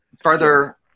further